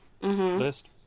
list